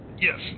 Yes